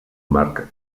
marc